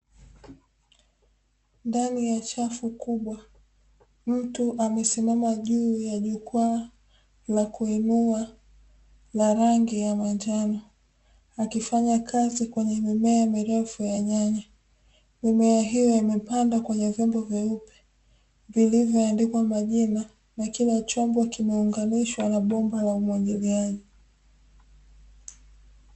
Ndani ya chafu kubwa mtu amesimama juu ya jukwaa la kuhimua la rangi ya manjano, akifanya kazi kwenye mimea mirefu ya nyanya, mimea hiyo imepanda kwenye vyombo vyeupe, vilivyoandikwa majina na kila chombo kimeunganishwa na bomba la umwagiliaji.